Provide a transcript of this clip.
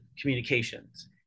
communications